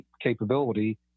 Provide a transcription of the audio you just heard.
capability